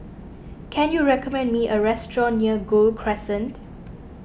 can you recommend me a restaurant near Gul Crescent